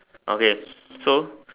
okay so